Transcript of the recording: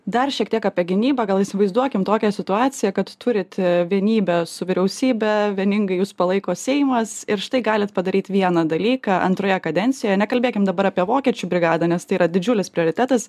dar šiek tiek apie gynybą gal įsivaizduokim tokią situaciją kad turit vienybę su vyriausybe vieningai jus palaiko seimas ir štai galit padaryti vieną dalyką antroje kadencijoje nekalbėkime dabar apie vokiečių brigadą nes tai yra didžiulis prioritetas